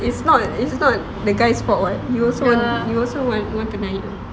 it's not like it's not the guy's fault [what] you also want you also want to naik